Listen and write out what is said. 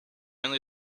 only